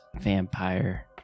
vampire